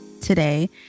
today